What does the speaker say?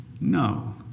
No